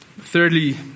Thirdly